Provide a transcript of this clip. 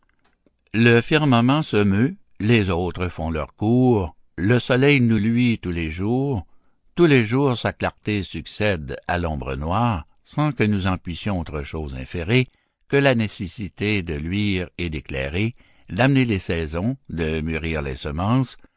le firmament se meut les astres font leurs cours le soleil nous luit tous les jours tous les jours sa clarté succède à l'ombre noire sans que nous en puissions autre chose inférer que la nécessité de luire et d'éclairer d'amener les saisons de mûrir les semences